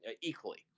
equally